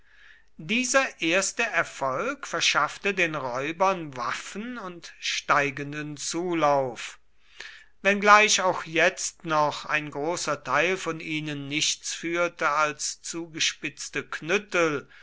dieser erste erfolg verschaffte den räubern waffen und steigenden zulauf wenngleich auch jetzt noch ein großer teil von ihnen nichts führte als zugespitzte knüttel